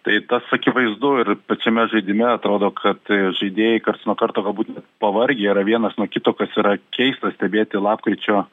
tai tas akivaizdu ir pačiame žaidime atrodo kad žaidėjai karts nuo karto galbūt pavargę yra vienas nuo kito kas yra keista stebėti lapkričio